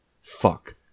Fuck